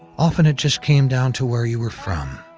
often it just came down to where you were from.